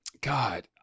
god